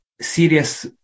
serious